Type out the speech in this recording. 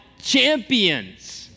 champions